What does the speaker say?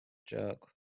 jerk